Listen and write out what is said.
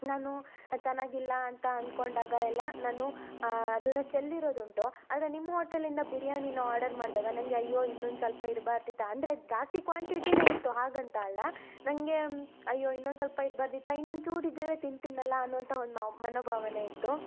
ನಾನು ಚೆನ್ನಾಗಿಲ್ಲ ಅಂತ ಅನ್ಕೊಂಡಾಗ ಎಲ್ಲ ನಾನು ಅದನ್ನ ಚೆಲ್ಲಿರೋದುಂಟು ಆದರೆ ನಿಮ್ಮ ಹೋಟೆಲಿಂದ ಬಿರ್ಯಾನಿನ ಆರ್ಡರ್ ಮಾಡಿದಾಗ ನನಗೆ ಅಯ್ಯೋ ಇನ್ನೊಂದು ಸ್ವಲ್ಪ ಇರಬಾರ್ದಿತ್ತಾ ಅಂದರೆ ಜಾಸ್ತಿ ಕ್ವಾಂಟಿಟಿನೇ ಇತ್ತು ಹಾಗಂತ ಅಲ್ಲ ನನಗೆ ಅಯ್ಯೋ ಇನ್ನೊಂದು ಸ್ವಲ್ಪ ಇರಬಾರ್ದಿತ್ತಾ ಇನ್ನೊಂದು ಚೂರು ಇದ್ದಿದ್ದರೆ ತಿಂತಿದ್ದೆನಲ್ಲ ಅನ್ನುವಂಥ ಒಂದು ಮನೋಭಾವನೆಯಿತ್ತು